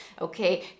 okay